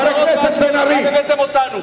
לאן הבאתם אותנו?